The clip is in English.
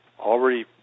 already